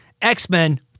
X-Men